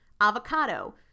avocado